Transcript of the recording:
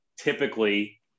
typically